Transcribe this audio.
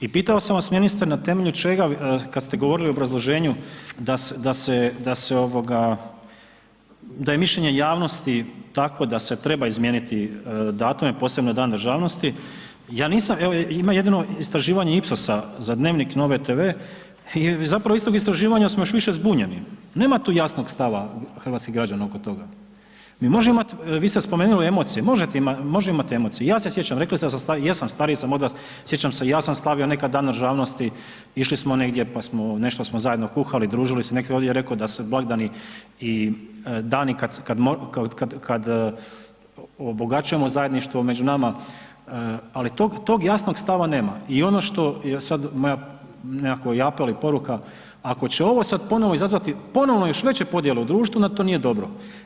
I pitao sam vas ministre na temelju čega, kad ste govorili u obrazloženju da se, da se, da se ovoga, da je mišljenje javnosti tako da se treba izmijeniti datume, posebno Dan državnosti, ja nisam, evo ima jedno istraživanje Ipsosa za Dnevnik Nove tv, zapravo iz tog istraživanja smo još više zbunjeni, nema tu jasnog stava hrvatskih građana oko toga, mi možemo imat, vi ste spomenuli emocije, možete, može imat emocije, ja se sjećam, rekli ste da sam stariji, jesam stariji sam od vas, sjećam se, ja sam slavio nekad Dan državnosti, išli smo negdje, pa smo, nešto smo zajedno kuhali, družili se, netko je ovdje reko da su blagdani i dani kad, kad, kad, kad obogaćujemo zajedništvo među nama, ali tog, tog jasnog stava nema i ono je sad moja nekakav apel i poruka, ako će ovo sad ponovo izazvati ponovno još veće podjele u društvu onda to nije dobro.